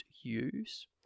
use